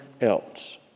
else